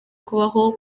kubaho